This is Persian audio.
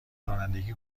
رانندگی